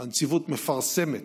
הנציבות מפרסמת